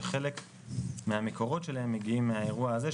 שחלק מהמקורות שלהם מגיעים מהאירוע הזה,